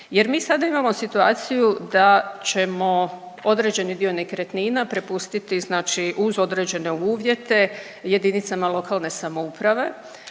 Jer mi sada imamo situaciju da ćemo određeni dio nekretnina prepustiti znači uz određene uvjete, jedinicama lokalne samouprave